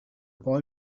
boy